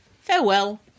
farewell